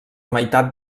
meitat